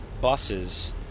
buses